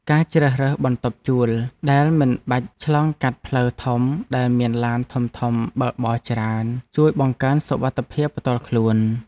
ការជ្រើសរើសបន្ទប់ជួលដែលមិនបាច់ឆ្លងកាត់ផ្លូវធំដែលមានឡានធំៗបើកបរច្រើន ជួយបង្កើនសុវត្ថិភាពផ្ទាល់ខ្លួន។